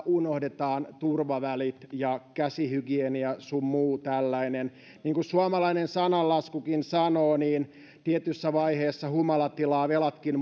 unohdetaan turvavälit ja käsihygienia sun muu tällainen niin kuin suomalainen sananlaskukin sanoo niin tietyssä vaiheessa humalatilaa velatkin